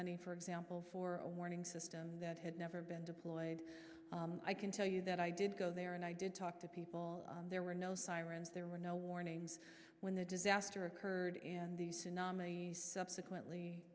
money for example for a warning system that had never been deployed i can tell you that i did go there and i did talk to people there were no sirens there were no warnings when the disaster occurred and the tsunami subsequently